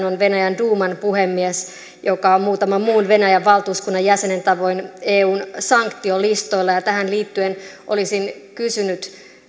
on venäjän duuman puhemies joka on muutaman muun venäjän valtuuskunnan jäsenen tavoin eun sanktiolistoilla tähän liittyen olisin kysynyt